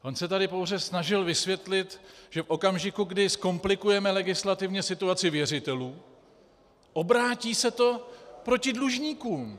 On se tady pouze snažil vysvětlit, že v okamžiku, kdy zkomplikujeme legislativně situaci věřitelů, obrátí se to proti dlužníkům.